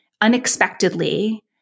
unexpectedly